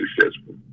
successful